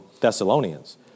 Thessalonians